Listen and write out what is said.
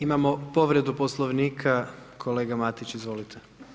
Imamo povredu Poslovnika, kolega Matić, izvolite.